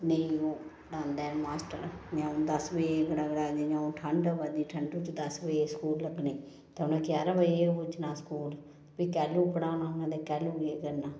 नेईं ओह् पढ़ांदे ऐ ना मास्टर जियां हून दस बजे जियां हून ठंड आवा दी ठंडू च दस बजे स्कूल लग्गने ते उनें ग्यारह्ं बजे गै पुज्जना स्कूल फ्ही काह्लु पढ़ाना उनें ते काह्लु केह् करना